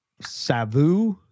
savu